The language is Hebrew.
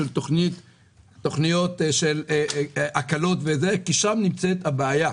של הקלות כי שם נמצאת הבעיה.